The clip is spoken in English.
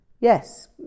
Yes